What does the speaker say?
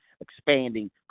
expanding